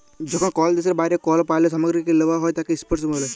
যখন কল দ্যাশের বাইরে কল পল্য সামগ্রীকে লেওয়া হ্যয় তাকে ইম্পোর্ট ব্যলে